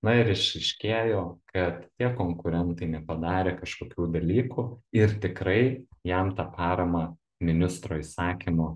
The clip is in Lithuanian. na ir išaiškėjo kad tie konkurentai nepadarė kažkokių dalykų ir tikrai jam tą paramą ministro įsakymu